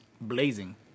blazing